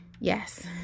Yes